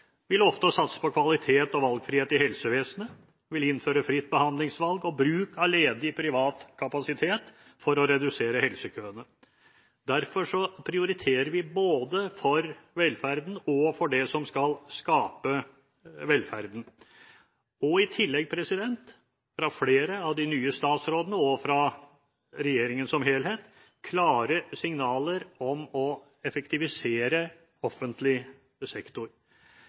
vil innføre fritt behandlingsvalg og bruk av ledig, privat kapasitet for å redusere helsekøene. Derfor prioriterer vi både for velferden og for det som skal skape velferden. Fra flere av de nye statsrådene og fra regjeringen som helhet kommer det i tillegg klare signaler om å effektivisere offentlig sektor.